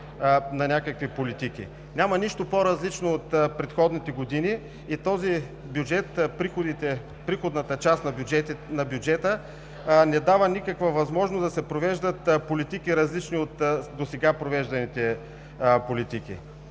на някакви политики. Няма нищо по-различно от предходните години и приходната част на този бюджет не дава никаква възможност да се провеждат политики, различни от досега провежданите.